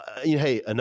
Hey